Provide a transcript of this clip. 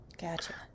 Gotcha